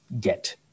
get